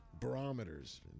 barometers